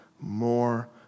more